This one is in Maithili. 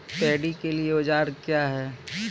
पैडी के लिए औजार क्या हैं?